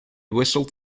whistle